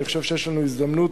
אני חושב שיש לנו הזדמנות